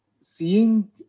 seeing